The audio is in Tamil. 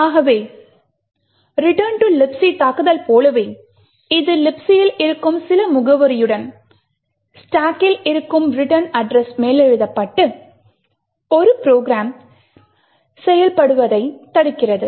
ஆகவே Return to Libc தாக்குதல் போலவே இது Libc யில் இருக்கும் சில முகவரியுடன் ஸ்டாக்கில் இருக்கும் ரிட்டர்ன் அட்ரஸ் மேலெழுதப்பட்டு ஒரு ப்ரோக்ராம் செயல்படுவதைத் தடுக்கிறது